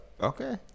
Okay